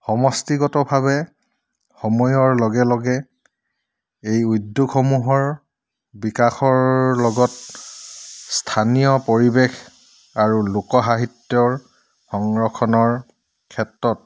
সমষ্টিগতভাৱে সময়ৰ লগে লগে এই উদ্যোগসমূহৰ বিকাশৰ লগত স্থানীয় পৰিৱেশ আৰু লোক সাহিত্যৰ সংৰক্ষণৰ ক্ষেত্ৰত